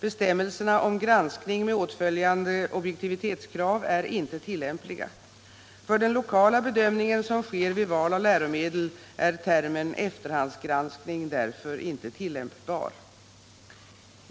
Bestämmelserna om granskning med åtföljande objektivitetskrav är inte tillämpliga. För den lokala bedömningen som sker vid val av läromedel är termen efterhandsgranskning därför inte tillämpbar.